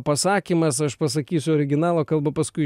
pasakymas aš pasakysiu originalo kalba paskui